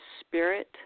spirit